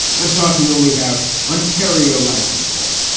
i'm talking only about ontario license plates.